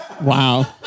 wow